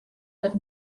but